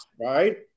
Right